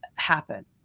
happen